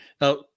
now